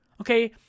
Okay